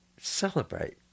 celebrate